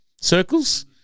circles